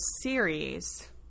series